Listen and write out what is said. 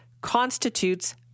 constitutes